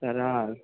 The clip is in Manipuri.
ꯇꯔꯥ